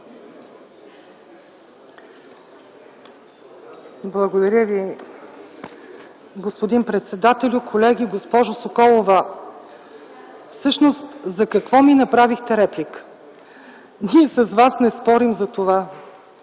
Благодаря Ви, господин председател. Колеги! Госпожо Соколова, всъщност за какво ми направихте реплика? Ние с Вас не спорим за това,